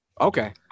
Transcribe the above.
Okay